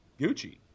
Gucci